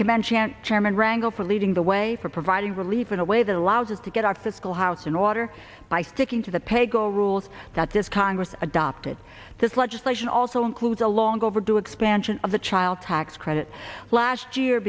chairman rangle for leading the way for providing relief in a way that allows us to get our fiscal house in order by sticking to the paygo rules that this congress adopted this legislation also includes a long overdue expansion of the child tax credit last year